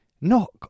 knock